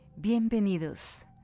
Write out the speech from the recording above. Bienvenidos